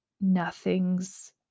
nothing's